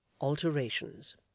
Alterations